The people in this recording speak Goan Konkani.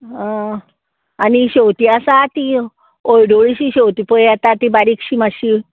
आनी शेवतीं आसा तीं हळडुळीशीं शेंवती पळय येता ती बारीकशी मातशी